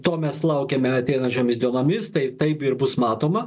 to mes laukiame ateinančiomis dienomis tai taip ir bus matoma